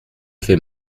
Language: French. fait